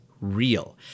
real